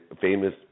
famous